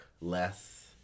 less